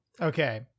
Okay